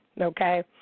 Okay